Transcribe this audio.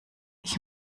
ich